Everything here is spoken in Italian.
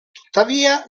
tuttavia